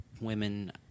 women